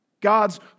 God's